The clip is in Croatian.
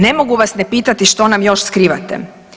Ne mogu vas ne pitati što nam još skrivate?